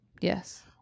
Yes